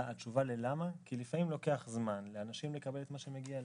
התשובה לשאלה למה היא שלפעמים לוקח זמן לאנשים לקבל את מה שמגיע להם.